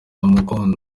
bamukunda